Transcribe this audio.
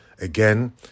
Again